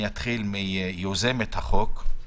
אני אתחיל מיוזמת החוק,